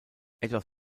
etwas